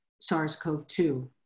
SARS-CoV-2